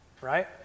Right